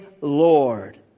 Lord